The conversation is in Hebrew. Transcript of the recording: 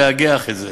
לאגח את זה.